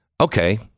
Okay